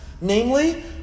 namely